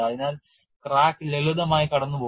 അതിനാൽ ക്രാക്ക് ലളിതമായി കടന്നുപോകും